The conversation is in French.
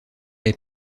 les